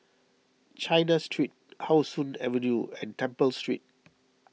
China Street How Sun Avenue and Temple Street